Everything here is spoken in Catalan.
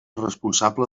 responsable